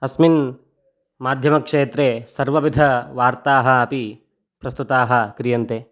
अस्मिन् माध्यमक्षेत्रे सर्वविधवार्ताः अपि प्रस्तुताः क्रियन्ते